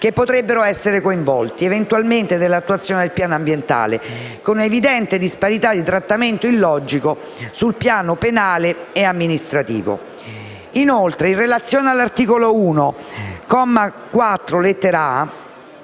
che potrebbero essere coinvolti eventualmente nell'attuazione del piano ambientale, con evidente disparità di trattamento, illogico sul piano penale e amministrativo. Inoltre, l'articolo 1, comma 4,